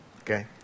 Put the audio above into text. okay